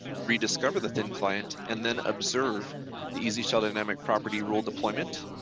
rediscover the thin client and then observe the easy shell dynamic property rule deployment